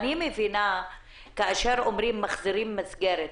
אני מבינה שכשאומרים שמחזירים מסגרת